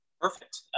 Perfect